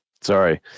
Sorry